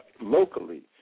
locally